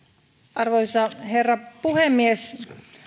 arvoisa herra puhemies